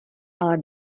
ale